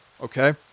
Okay